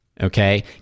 Okay